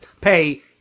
pay